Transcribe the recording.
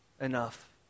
enough